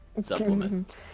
supplement